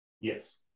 Yes